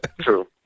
True